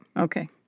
Okay